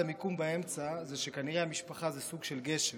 המיקום באמצע זה שכנראה המשפחה זה סוג של גשר